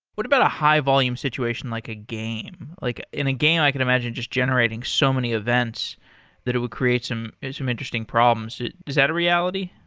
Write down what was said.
what about a high-volume situation like a game? like in a game, i can imagine just generating so many events that it would create some some interesting problems. is that a reality?